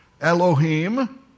Elohim